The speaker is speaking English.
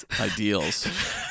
ideals